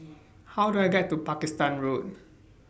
How Do I get to Pakistan Road